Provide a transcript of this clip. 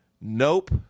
Nope